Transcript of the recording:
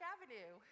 Avenue